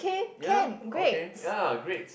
ya okay ya great